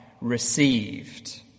received